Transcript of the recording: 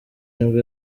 nibwo